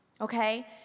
Okay